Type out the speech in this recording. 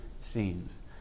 scenes